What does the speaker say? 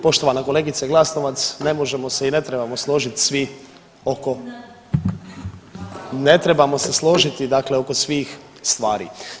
Poštovana kolegice Glasovac, ne možemo se i ne trebamo složit svi oko, ne trebamo se složiti dakle oko svih stvari.